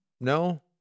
no